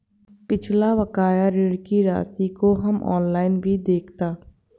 पिछला बकाया ऋण की राशि को हम ऑनलाइन भी देखता